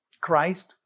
Christ